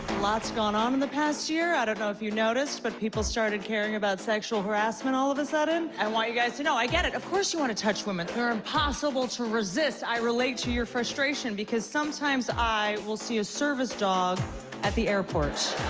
lot's goin' on in the past year. i don't know if you noticed, but people started caring about sexual harassment all of a sudden. i and want you guys to know, i get it. of course you want to touch women. they're impossible to resist. i relate to your frustration because sometimes i will see a service dog at the airport.